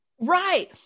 Right